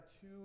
two